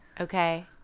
Okay